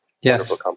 yes